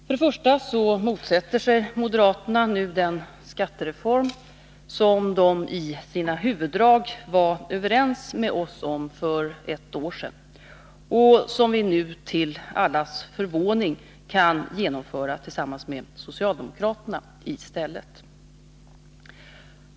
För det första motsätter sig moderaterna nu den skattereform som de i huvuddragen var överens med oss om för ett år sedan, och som vi nu till allas förvåning kan genomföra tillsammans med socialdemokraterna i stället.